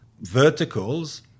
verticals